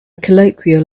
colloquial